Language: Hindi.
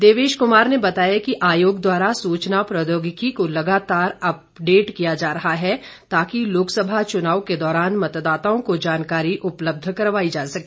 देवेश कुमार ने बताया कि आयोग द्वारा सूचना प्रौद्योगिकी को लगातार अपडेट किया जा रहा है ताकि लोकसभा चुनावों के दौरान मतदाताओं को जानकारी उपलब्ध करवाई जा सके